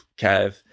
kev